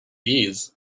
bees